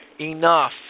enough